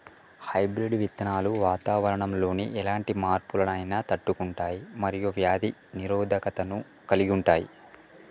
hybrid విత్తనాలు వాతావరణంలోని ఎలాంటి మార్పులనైనా తట్టుకుంటయ్ మరియు వ్యాధి నిరోధకతను కలిగుంటయ్